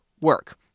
work